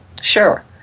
sure